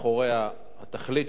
התכלית שלה ראויה,